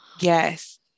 Yes